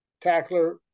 tackler